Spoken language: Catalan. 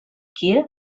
kíev